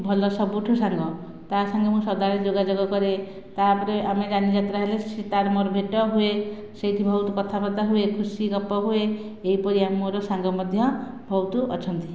ଭଲ ସବୁଠାରୁ ସାଙ୍ଗ ତା ସାଙ୍ଗରେ ମୁଁ ସଦାବେଳେ ଯୋଗାଯୋଗ କରେ ତାପରେ ଆମେ ଯାନିଯାତ୍ରା ହେଲେ ସେ ତାର ମୋର ଭେଟ ହୁଏ ସେଇଠି ବହୁତ କଥାବାର୍ତ୍ତା ହୁଏ ଖୁସି ଗପ ହୁଏ ଏହିପରି ଆମର ସାଙ୍ଗ ମଧ୍ୟ ବହୁତ ଅଛନ୍ତି